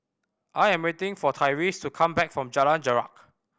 I am waiting for Tyrese to come back from Jalan Jarak